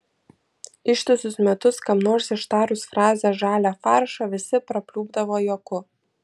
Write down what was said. ištisus metus kam nors ištarus frazę žalią faršą visi prapliupdavo juoku